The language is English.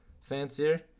fancier